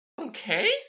Okay